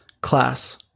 class